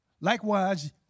likewise